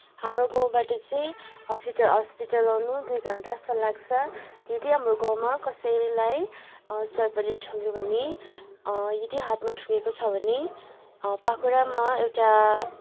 हाम्रो गाउँबाट चाहिँ हस्पिटल हस्पिटल आउनु दुई घन्टा जस्तो लाग्छ यदि हाम्रो गाउँमा कसैलाई सर्पले ठुँग्यो भने यदि हातमा ठुँगेको छ भने पाखुरामा एउटा